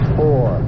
four